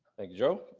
thank you, joe.